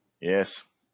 Yes